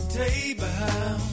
table